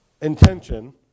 intention